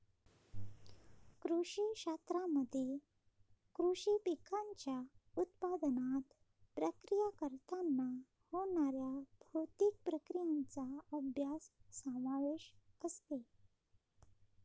कृषी शास्त्रामध्ये कृषी पिकांच्या उत्पादनात, प्रक्रिया करताना होणाऱ्या भौतिक प्रक्रियांचा अभ्यास समावेश असते